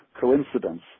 coincidence